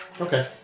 Okay